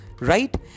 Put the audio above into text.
right